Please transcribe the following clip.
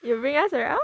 you bring us around